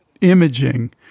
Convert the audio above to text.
imaging